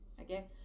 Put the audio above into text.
Okay